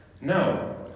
No